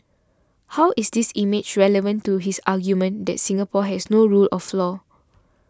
how is this image relevant to his argument that Singapore has no rule of law